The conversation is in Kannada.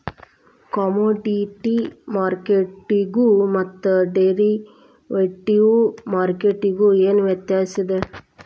ಕಾಮೊಡಿಟಿ ಮಾರ್ಕೆಟ್ಗು ಮತ್ತ ಡೆರಿವಟಿವ್ ಮಾರ್ಕೆಟ್ಗು ಏನ್ ವ್ಯತ್ಯಾಸದ?